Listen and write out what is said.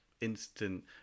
instant